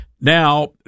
Now